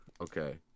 okay